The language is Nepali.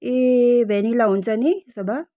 ए भेन्निला हुन्छ नि त्यसो भए